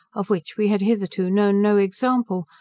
of which we had hitherto known no example,